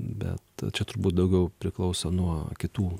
bet čia turbūt daugiau priklauso nuo kitų